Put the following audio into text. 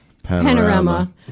Panorama